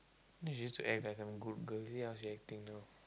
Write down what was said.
then she just act like I'm a good girl see how she acting now